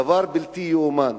דבר בלתי יאומן.